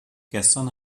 gestern